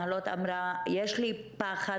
יד שמנהלת את הדברים ואין לנו למי לפנות,